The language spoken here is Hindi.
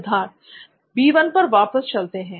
सिद्धार्थ B1 पर वापस चलते हैं